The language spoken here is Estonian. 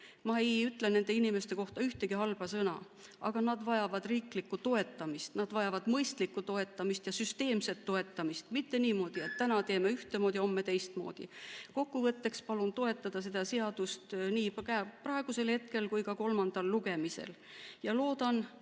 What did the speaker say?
Ma ei ütle nende inimeste kohta ühtegi halba sõna, aga nad vajavad riiklikku toetamist, nad vajavad mõistlikku toetamist ja süsteemset toetamist, mitte niimoodi, et täna teeme ühtemoodi, homme teistmoodi. Kokkuvõtteks palun toetada seda seadust nii praegusel hetkel kui ka kolmandal lugemisel. Ja loodan,